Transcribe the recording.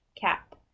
cap